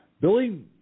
Billy